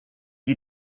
you